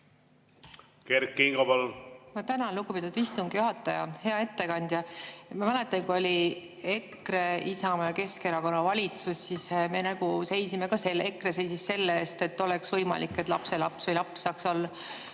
Kert Kingo, palun! Ma tänan, lugupeetud istungi juhataja! Hea ettekandja! Ma mäletan, kui oli EKRE, Isamaa ja Keskerakonna valitsus, siis me seisime ka selle eest, EKRE seisis selle eest, et oleks võimalik, et lapselaps või laps saaks olla